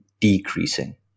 decreasing